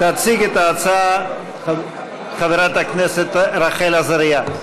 תציג את ההצעה חברת הכנסת רחל עזריה.